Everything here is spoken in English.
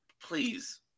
Please